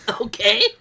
Okay